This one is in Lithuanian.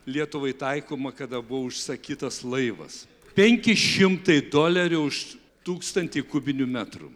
lietuvai taikoma kada buvo užsakytas laivas penki šimtai dolerių už tūkstantį kubinių metrų